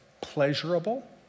pleasurable